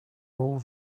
all